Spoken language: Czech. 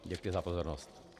Děkuji za pozornost.